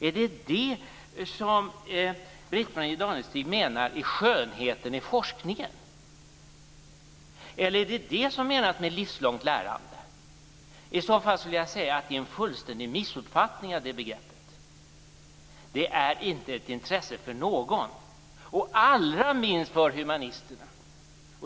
Är det detta som Britt Marie Danestig menar är skönheten i forskningen? Eller är det detta som menas med livslångt lärande? I så fall skulle jag vilja säga att det begreppet fullständigt missuppfattats. Det här är inte av intresse för någon, allra minst för humanisterna.